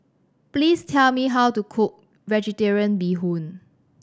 please tell me how to cook Vegetarian Bee Hoon